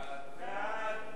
סעיפים